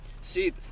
See